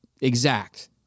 exact